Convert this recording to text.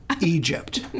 Egypt